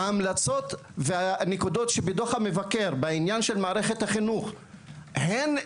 ההמלצות והנקודות שבדוח המבקר בעניין של מערכת החינוך מזמינות